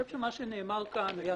שנאמר כאן נכון,